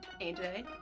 AJ